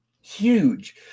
huge